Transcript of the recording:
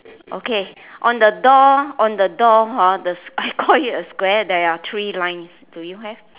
okay on the door on the door hor the I call it a square there are three lines do you have